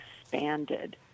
expanded